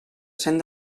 cent